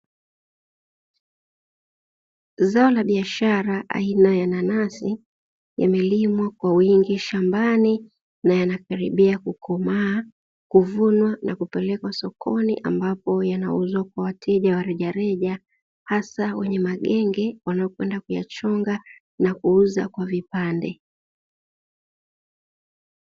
Biashara aina ya nanasi imelimwa kwa wingi shambani na yanakaribia kukomaa, kuvunwa na kupelekwa sokoni ambapo yanauzwa kwa wateja wa rejareja hasa wenye magenge wanaokwenda kuyakata na kuuza kwa vipande.